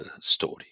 story